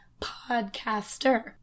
podcaster